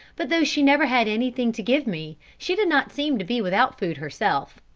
but though she never had anything to give me, she did not seem to be without food herself.